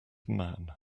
man